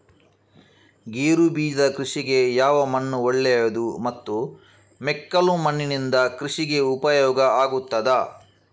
ಗೇರುಬೀಜದ ಕೃಷಿಗೆ ಯಾವ ಮಣ್ಣು ಒಳ್ಳೆಯದು ಮತ್ತು ಮೆಕ್ಕಲು ಮಣ್ಣಿನಿಂದ ಕೃಷಿಗೆ ಉಪಯೋಗ ಆಗುತ್ತದಾ?